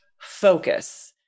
focus